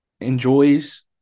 enjoys